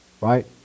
right